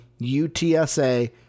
UTSA